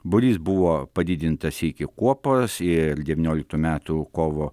būrys buvo padidintas iki kuopos ir devynioliktų metų kovo